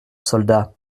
soldat